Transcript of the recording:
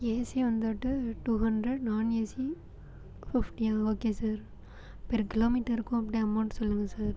AC வந்துட்டு two hundred நான் AC ஃபிஃப்டியா ஓகே சார் பெர் கிலோமீட்டருக்கும் அப்படியே அமௌண்ட் சொல்லுங்கள் சார்